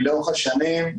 לאורך השנים,